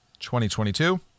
2022